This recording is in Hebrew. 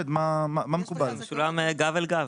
משולם גב אל גב.